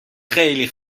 خیلی